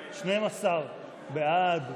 12 בעד,